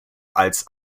als